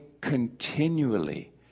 continually